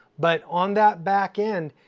but on that back end,